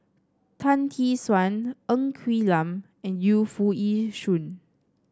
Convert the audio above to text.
Tan Tee Suan Ng Quee Lam and Yu Foo Yee Shoon